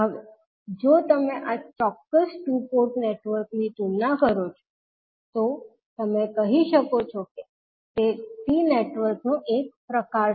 હવે જો તમે આ ચોક્ક્સ ટુ પોર્ટ નેટવર્કની તુલના કરો છો તો તમે કહી શકો છો કે તે T નેટવર્કનો એક પ્રકાર છે